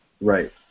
Right